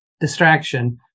distraction